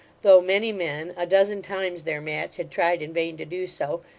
though many men, a dozen times their match, had tried in vain to do so,